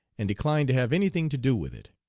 and declined to have any thing to do with it.